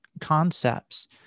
concepts